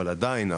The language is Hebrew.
אבל עדיין,